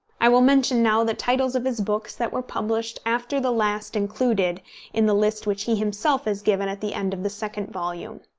i will mention now the titles of his books that were published after the last included in the list which he himself has given at the end of the second volume